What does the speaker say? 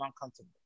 uncomfortable